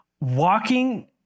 walking